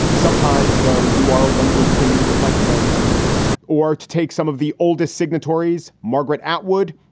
sometimes though, you are a wunderkind like coleman or to take some of the oldest signatories, margaret atwood.